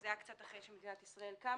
זה היה קצת אחרי שמדינת ישראל קמה,